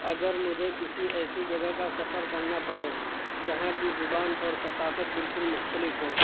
اگر مجھے کسی ایسی جگہ کا سفر کرنا پڑے جہاں کی زبان اور ثقافت بالکل مختلف ہو